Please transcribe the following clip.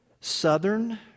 southern